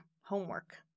homework